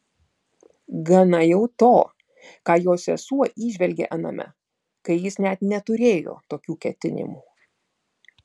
gana jau to ką jo sesuo įžvelgė aname kai jis net neturėjo tokių ketinimų